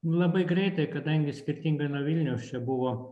labai greitai kadangi skirtingai nuo vilniaus čia buvo